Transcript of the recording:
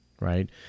right